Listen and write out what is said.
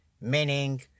meaning